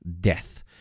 death